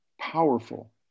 powerful